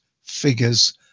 figures